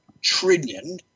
trillion